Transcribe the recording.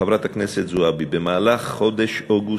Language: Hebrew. חברת הכנסת זועבי, במהלך חודש אוגוסט,